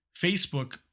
Facebook